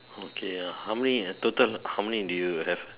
okay ah how many total how many do you have